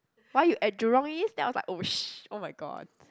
why you at Jurong-East then I was like !oh-sh~! !oh-my-god!